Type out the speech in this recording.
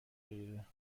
غیره